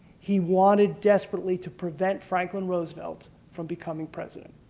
he wanted desperately to prevent franklin roosevelt from becoming president.